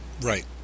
Right